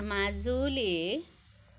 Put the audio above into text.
Majuli